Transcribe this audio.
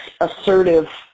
assertive